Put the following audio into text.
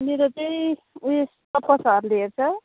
मेरो चाहिँ उयेस तपस धरले हेर्छ